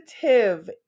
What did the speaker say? Positive